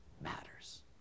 matters